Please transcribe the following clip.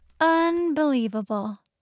Unbelievable